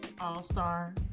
All-Star